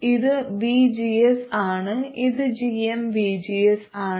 ഇത് vgs ആണ് ഇത് gmvgs ആണ്